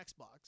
Xbox